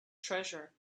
treasure